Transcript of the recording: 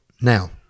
Now